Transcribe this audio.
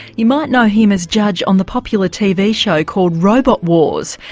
you might know him as judge on the popular tv show called robot wars,